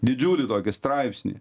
didžiulį tokį straipsnį